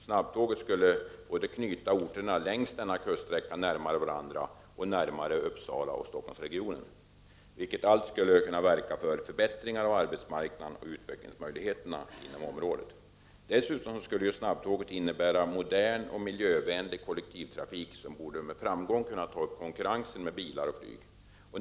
Snabbtåget skulle knyta orterna längs denna sträcka både närmare varandra och närmare Uppsalaoch Stockholmsregionen, vilket allt skulle kunna verka för förbättringar av arbetsmarknaden och utvecklingsmöjligheterna inom området. Dessutom skulle snabbtåget innebära modern och miljövänlig kollektivtrafik, som med framgång borde kunna konkurrera med bilar och flyg.